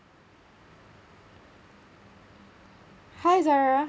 hi zarah